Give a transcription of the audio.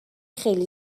خیلی